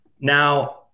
Now